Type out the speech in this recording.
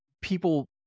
people